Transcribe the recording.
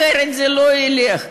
אחרת זה לא ילך.